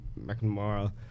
McNamara